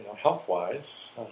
health-wise